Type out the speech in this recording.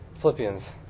Philippians